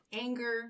anger